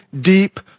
deep